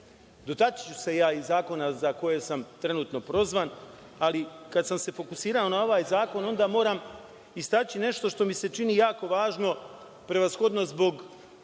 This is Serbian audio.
Dotaći ću se ja i zakona za koje sam trenutno prozvan. Ali, kad sam se fokusirao na ovaj zakon, onda moram istaći nešto što mi se čini jako važno, prevashodno zbog